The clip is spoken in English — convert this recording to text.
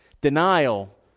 Denial